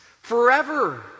forever